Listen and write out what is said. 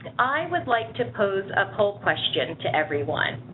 i would like to pose a poll question to everyone.